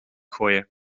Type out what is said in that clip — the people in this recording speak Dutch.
gooien